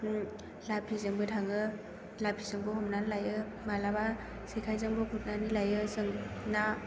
लाफिजोंबो थाङो लाफिजोंबो हमनानै लायो माब्लाबा जेखायजोंबो गुरनानै लायो जों ना